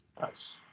nice